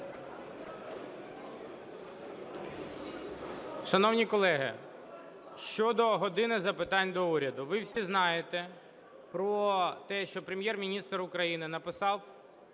Шановні колеги, щодо "години запитань до Уряду". Ви всі знаєте про те, що Прем'єр-міністр України написав